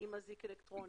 עם אזיק אלקטרוני?